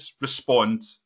respond